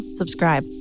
subscribe